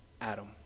Adam